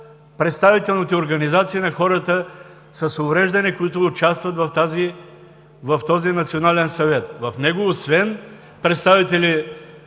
представителните организации на хората с увреждания, които участват в този Национален съвет. В него, освен представители